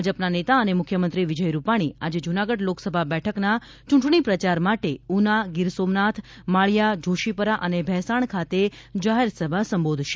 ભાજપના નેતા અને મુખ્યમંત્રી વિજયરૂપાણી આજે જૂનાગઢ લોકસભા બેઠકના ચૂંટણી પ્રચાર માટે ઉના ગીર સોમનાથ માળીયા જોશીપરા અને ભૈસાણ ખાતે જાહેર સભા સંબોધશે